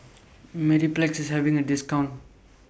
Mepilex IS having A discount